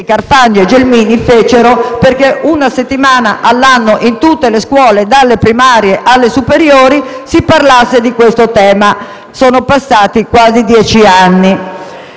Carfagna e Gelmini fecero, prevedendo che una settimana all'anno, in tutte le scuole dalle primarie alle superiori, si parlasse di tale tema. Ebbene, sono passati quasi dieci anni.